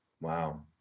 Wow